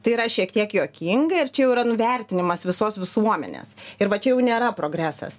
tai yra šiek tiek juokingai ir čia jau yra nuvertinimas visos visuomenės ir va čia jau nėra progresas